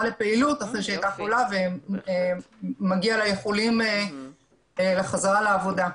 לפעילות אחרי שהייתה חולה ומגיעים לה איחולים לחזרתה לעבודה.